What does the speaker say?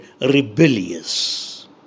rebellious